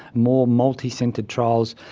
more multicentre trials,